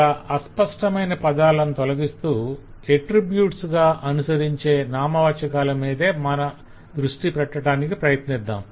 ఇలా అస్పష్టమైన పదాలను తొలగిస్తూ ఎట్త్రిబ్యూట్ గా అనుసరించే నామవాచాకాల మీద మాత్రమే మన దృష్టి పెట్టటానికి ప్రయత్నిద్దాం